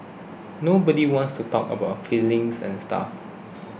nobody wants to talk about feelings and stuff